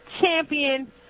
champion